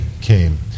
came